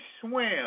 swim